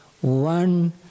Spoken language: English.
one